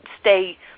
stay